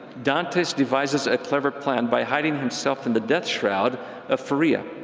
dantes devises a clever plan by hiding himself in the death shroud of faria,